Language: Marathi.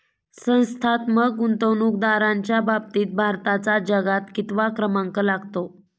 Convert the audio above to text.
संस्थात्मक गुंतवणूकदारांच्या बाबतीत भारताचा जगात कितवा क्रमांक लागतो?